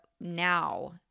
now